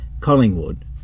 Collingwood